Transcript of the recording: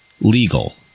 legal